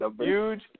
huge